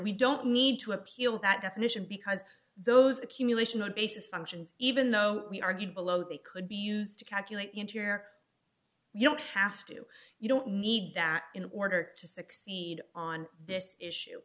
we don't need to appeal that definition because those accumulation of basis functions even though we argued below they could be used to calculate into your ear you don't have to you don't need that in order to succeed on this issue